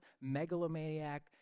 megalomaniac